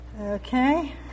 Okay